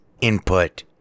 input